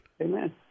Amen